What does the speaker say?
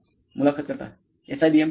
मुलाखत कर्ता SIBM ठीक आहे